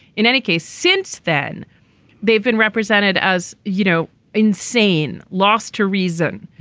in any case since then they've been represented as you know insane lost to reason.